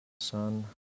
sun